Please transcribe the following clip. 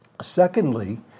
Secondly